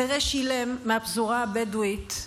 חירש אילם מהפזורה הבדואית,